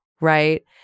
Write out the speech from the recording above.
right